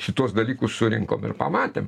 šituos dalykus surinkom ir pamatėm